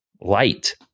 light